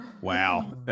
Wow